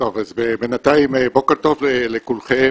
בוקר טוב לכולכם.